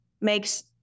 makes